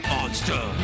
Monster